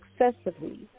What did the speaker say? excessively